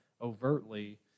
overtly